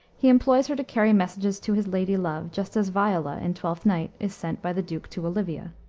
he employs her to carry messages to his lady-love, just as viola, in twelfth night, is sent by the duke to olivia.